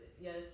yes